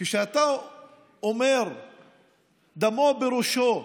כשאתה אומר "דמו בראשו"